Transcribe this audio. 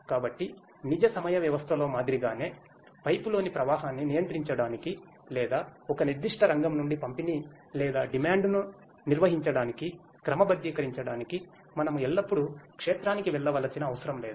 కాబట్టి నిజ సమయ వ్యవస్థలో మాదిరిగానే పైపులోని ప్రవాహాన్ని నియంత్రించడానికి లేదా ఒక నిర్దిష్ట రంగం నుండి పంపిణీని లేదా డిమాండ్ను నిర్వహించడానికి క్రమబద్ధీకరించడానికి మనము ఎల్లప్పుడూ క్షేత్రానికి వెళ్లవలసిన అవసరం లేదు